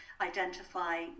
identify